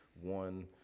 one